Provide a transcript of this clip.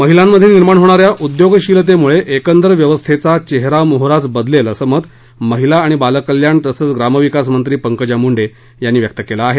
महिलांमध्ये निर्माण होणाऱ्या उद्योगशीलतेमुळे एकंदर व्यवस्थेचा चेहरामोहराच बदलेल असं मत महिला आणि बालकल्याण तसच ग्रामविकासमंत्री पंकजा मुंडे यांनी व्यक्त केलं आहे